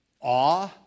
awe